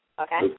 Okay